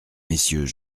messieurs